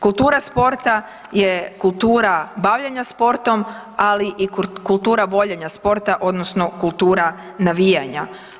Kultura sporta je kultura bavljenja sportom, ali i kultura voljenja sporta odnosno kultura navijanja.